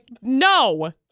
no